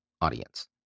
audience